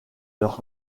leur